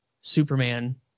Superman